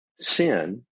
Sin